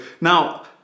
now